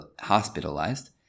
hospitalized